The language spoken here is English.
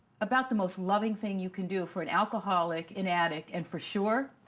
about the most loving thing you can do for an alcoholic, an addict, and, for sure,